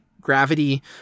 gravity